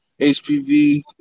HPV